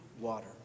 water